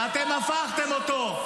ואתם הפכתם אותו.